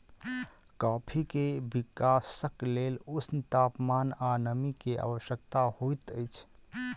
coffee के विकासक लेल ऊष्ण तापमान आ नमी के आवश्यकता होइत अछि